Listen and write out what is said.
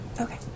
Okay